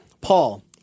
Paul